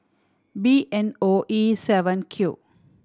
B N O E seven Q